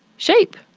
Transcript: shape.